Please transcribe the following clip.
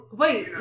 wait